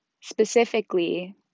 specifically